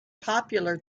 popular